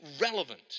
relevant